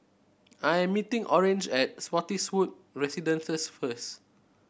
I am meeting Orange at Spottiswoode Residences first